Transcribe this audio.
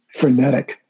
frenetic